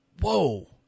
Whoa